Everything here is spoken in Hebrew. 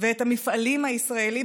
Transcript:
ואת המפעלים הישראליים,